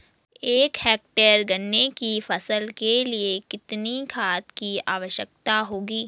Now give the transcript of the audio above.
एक हेक्टेयर गन्ने की फसल के लिए कितनी खाद की आवश्यकता होगी?